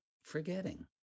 Forgetting